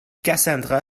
cassandra